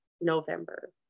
November